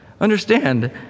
understand